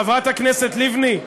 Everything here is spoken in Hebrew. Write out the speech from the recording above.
חברת הכנסת לבני.